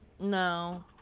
No